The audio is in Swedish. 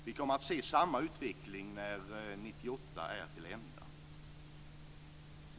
Vi kommer att se samma utveckling när år 1998 är till ända.